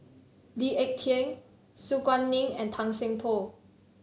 Lee Ek Tieng Su Guaning and Tan Seng Poh